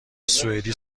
سوئدی